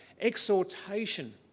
exhortation